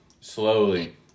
slowly